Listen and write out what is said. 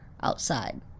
outside